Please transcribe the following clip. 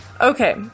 Okay